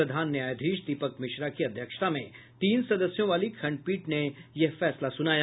प्रधान न्यायाधीश दीपक मिश्रा की अध्यक्षता में तीन सदस्यों वाली खंडपीठ ने यह फैसला सुनाया